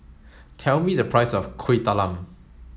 tell me the price of Kuih Talam